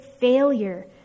failure